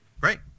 Great